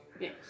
Yes